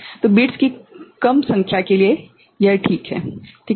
तो बिट्स की कम संख्या के लिए यह ठीक है ठीक है